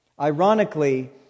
Ironically